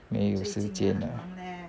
没有时间啦